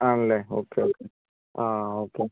ആണല്ലേ okay okay ആ okay